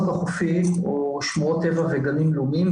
החופי הוא שמורות טבע וגנים לאומיים.